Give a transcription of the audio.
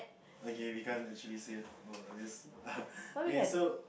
okay we can't actually say oh all these eh so